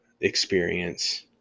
experience